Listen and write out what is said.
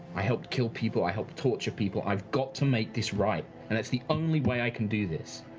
i helped kill people i helped torture people. i've got to make this right, and that's the only way i can do this.